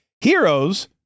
Heroes